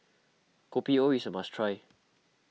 Kopi O is a must try